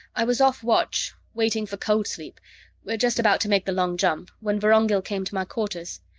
i was off watch, waiting for cold-sleep we're just about to make the long jump when vorongil came to my quarters.